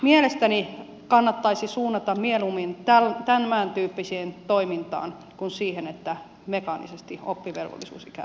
mielestäni kannattaisi suunnata mieluummin tämäntyyppiseen toimintaan kuin siihen että mekaanisesti oppivelvollisuusikää pidennetään